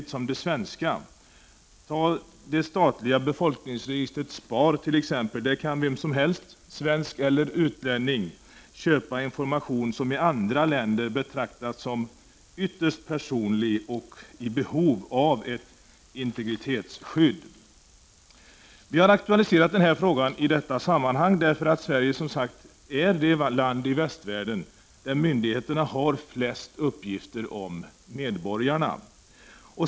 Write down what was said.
Vem som helst, svensk eller utlänning, kan t.ex. köpa information från det statliga befolkningsregistret SPAR. Det är infor mation som i andra länder betraktas som ytterst personlig och som är i behov av ett integritetsskydd. Vi har aktualiserat den här frågan i detta sammanhang därför att Sverige som sagt är det land i västvärlden där myndigheterna har flest uppgifter om medborgarna.